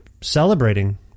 celebrating